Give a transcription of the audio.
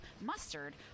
mustard